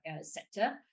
sector